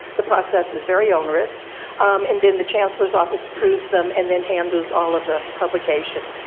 the process is very onerous and then the chancellor's office approves them and then handles all of the publication.